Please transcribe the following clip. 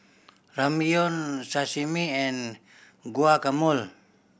Ramyeon Sashimi and Guacamole